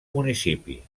municipi